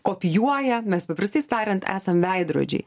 kopijuoja mes paprastai tariant esam veidrodžiai